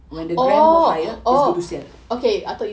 when the gram go higher it's to do sell